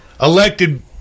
elected